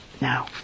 now